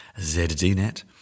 ZDNet